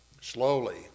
Slowly